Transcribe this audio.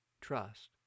Trust